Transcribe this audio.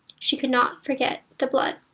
she could not forget the blood.